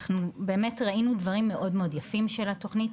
אנחנו באמת ראינו דברים מאוד מאוד יפים של התוכנית,